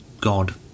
god